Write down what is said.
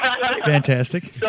Fantastic